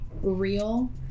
real